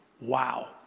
Wow